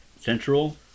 Central